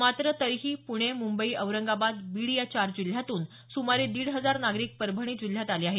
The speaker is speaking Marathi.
मात्र तरीही पुणे मुंबई औरंगाबाद बीड या चार जिल्ह्यांतून सुमारे दिड हजार नागरिक परभणी जिल्ह्यात आले आहेत